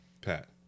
Pat